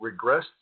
regressed